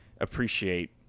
appreciate